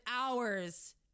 hours